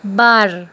बार